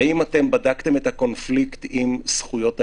האם בדקתם את הקונפליקט עם זכויות האזרח?